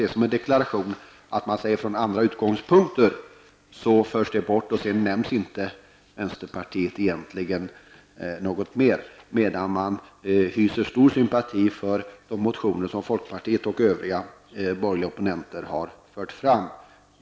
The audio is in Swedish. Jag tycker möjligen att det är litet hårt mot vänsterpartiet att det här väl får uppfattas som en deklaration om att socialdemokraterna ser saken från andra utgångspunkter. I övrigt nämns inte vänsterpartiet.